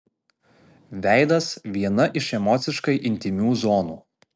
veidas viena iš emociškai intymių zonų